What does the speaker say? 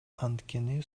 анткени